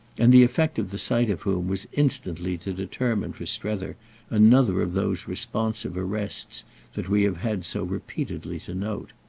and the effect of the sight of whom was instantly to determine for strether another of those responsive arrests that we have had so repeatedly to note.